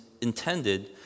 intended